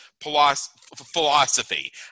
philosophy